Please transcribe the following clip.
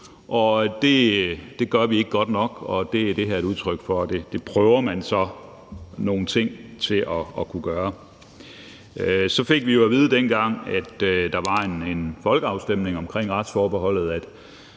det gør vi ikke godt nok, og der er det her et udtryk for, at det prøver man at finde nogle ting der kan gøre. Så fik vi jo at vide, dengang der var en folkeafstemning om retsforbeholdet,